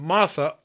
Martha